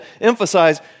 emphasize